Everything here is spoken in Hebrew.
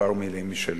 כמה מלים משלי.